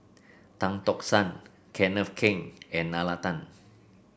Tan Tock San Kenneth Keng and Nalla Tan